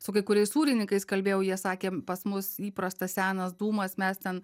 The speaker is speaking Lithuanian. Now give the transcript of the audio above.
su kai kuriais sūrininkais kalbėjau jie sakė pas mus įprasta senas dūmas mes ten